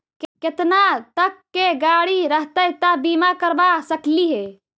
केतना तक के गाड़ी रहतै त बिमा करबा सकली हे?